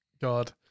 god